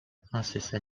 princesse